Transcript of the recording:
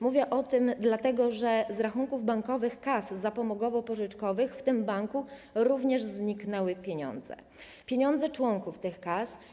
Mówię o tym dlatego, że z rachunków bankowych kas zapomogowo-pożyczkowych w tym banku również zniknęły pieniądze - pieniądze członków tych kas.